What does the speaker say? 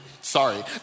sorry